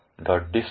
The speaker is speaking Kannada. ಡಿಸ್driver